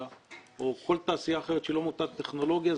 או כל תעשייה אחרת שהיא לא מוטת טכנולוגיה,